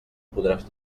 podràs